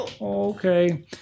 Okay